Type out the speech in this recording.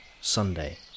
Sunday